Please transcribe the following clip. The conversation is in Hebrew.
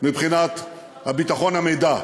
מבחינת ביטחון המידע.